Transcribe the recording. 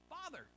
Father